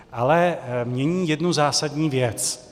Ale mění jednu zásadní věc.